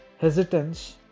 hesitance